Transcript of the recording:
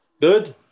Good